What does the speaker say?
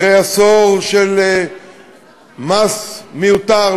אחרי עשור של מס מיותר,